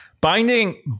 Binding